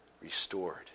restored